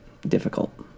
difficult